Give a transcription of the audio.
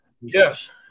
Yes